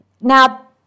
Now